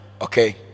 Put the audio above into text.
Okay